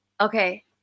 Okay